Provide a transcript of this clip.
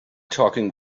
talking